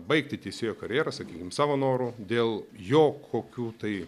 baigti teisėjo karjerą sakykime savo noru dėl jo kokių tai